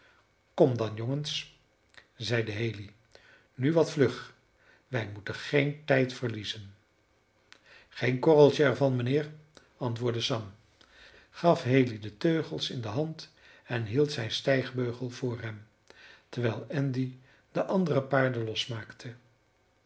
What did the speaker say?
kom dan jongens zeide haley nu wat vlug wij moeten geen tijd verliezen geen korreltje er van mijnheer antwoordde sam gaf haley de teugels in de hand en hield zijn stijgbeugel voor hem terwijl andy de andere paarden losmaakte